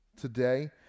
today